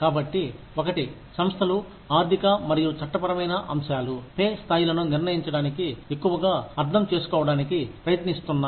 కాబట్టి 1 ఒకటి సంస్థలు ఆర్థిక మరియు చట్టపరమైన అంశాలు పే స్థాయిలను నిర్ణయించడానికి ఎక్కువగా అర్థం చేసుకోవడానికి ప్రయత్నిస్తున్నాయి